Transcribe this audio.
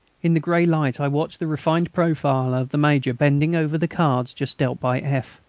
in the grey light i watched the refined profile of the major bending over the cards just dealt by f.